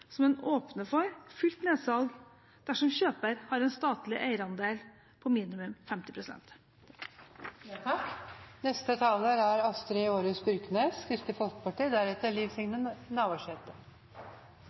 som en åpner for fullt nedsalg dersom kjøper har en statlig eierandel på minimum